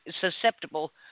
susceptible